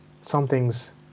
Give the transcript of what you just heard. something's